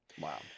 wow